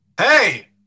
Hey